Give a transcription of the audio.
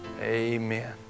Amen